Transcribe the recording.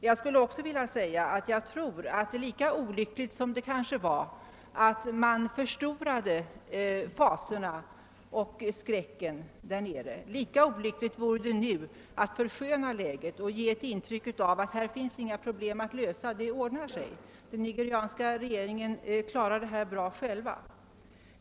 Jag tycker också att lika olyckligt som det var att förstora fasorna och skräcken där nere, lika olyckligt skulle det vara att nu försköna läget och ge intryck av att det inte finns några problem alls att lösa, utan att den nigerianska regeringen klarar detta bra själv.